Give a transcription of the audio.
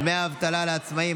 דמי אבטלה לעצמאים),